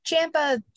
Champa